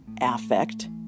affect